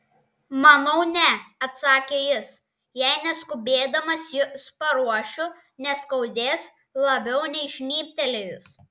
manau ne atsakė jis jei neskubėdamas jus paruošiu neskaudės labiau nei žnybtelėjus